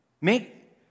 Make